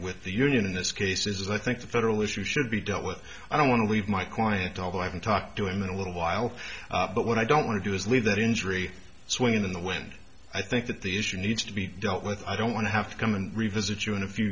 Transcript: with the union in this case is i think the federal issue should be dealt with i don't want to leave my quiet although i haven't talked to him in a little while but what i don't want to do is leave that injury swinging in the wind i think that the issue needs to be dealt with i don't want to have to come and revisit you in a few